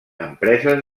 empreses